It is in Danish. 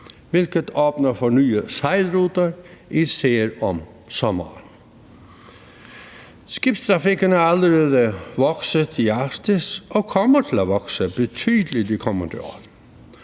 hvilket åbner for nye sejlruter, især om sommeren. Skibstrafikken er allerede vokset i Arktis og kommer til at vokse betydeligt i de kommende år.